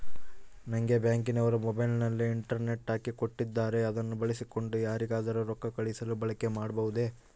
ನಂಗೆ ಬ್ಯಾಂಕಿನವರು ಮೊಬೈಲಿನಲ್ಲಿ ಇಂಟರ್ನೆಟ್ ಹಾಕಿ ಕೊಟ್ಟಿದ್ದಾರೆ ಅದನ್ನು ಬಳಸಿಕೊಂಡು ಯಾರಿಗಾದರೂ ರೊಕ್ಕ ಕಳುಹಿಸಲು ಬಳಕೆ ಮಾಡಬಹುದೇ?